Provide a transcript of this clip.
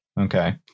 Okay